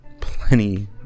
plenty